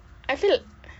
I feel